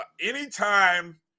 anytime